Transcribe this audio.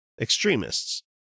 Extremists